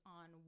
on